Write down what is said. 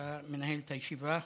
כשאתה מנהל את הישיבה.